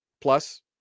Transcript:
plus